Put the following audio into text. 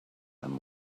them